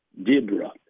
dibra